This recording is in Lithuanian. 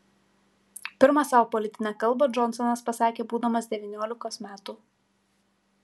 pirmą savo politinę kalbą džonsonas pasakė būdamas devyniolikos metų